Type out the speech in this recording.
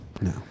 No